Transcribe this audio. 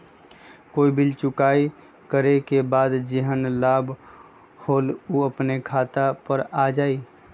कोई बिल चुकाई करे के बाद जेहन लाभ होल उ अपने खाता पर आ जाई?